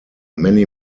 many